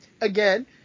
Again